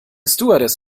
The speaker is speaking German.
stewardess